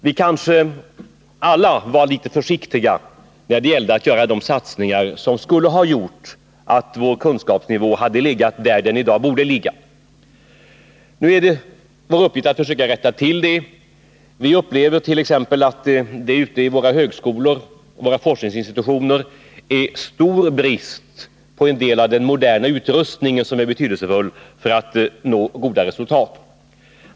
Vi var kanske alla litet försiktiga när det gällde att göra de satsningar som skulle ha medfört att vår kunskapsnivå hade legat där den i dag borde ligga. Nu är det vår uppgift att försöka rätta till det. Vi upplever t.ex. att det ute i våra högskolor och på våra forskningsinstitutioner råder stor brist på en del av den moderna utrustning som är betydelsefull för att man skall nå goda resultat.